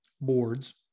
boards